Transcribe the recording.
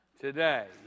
today